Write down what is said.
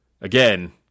Again